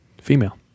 female